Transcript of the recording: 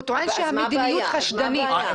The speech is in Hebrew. הוא טוען שהמדיניות חשדנית.